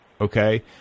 okay